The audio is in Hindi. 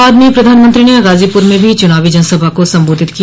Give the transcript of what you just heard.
बाद में प्रधानमंत्री ने गाजीपुर में भी चुनावी जनसभा को संबोधित किया